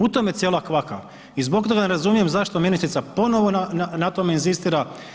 U tome je cijela kvaka i zbog toga ne razumijem zašto ministrica ponovno na tome inzistira.